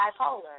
bipolar